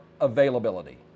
availability